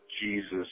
jesus